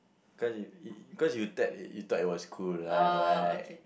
cause you y~ cause you thoug~ you thought it was cool what right